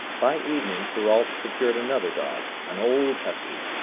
by evening perrault secured another dog, an old husky,